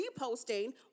reposting